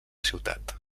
ciutat